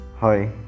Hi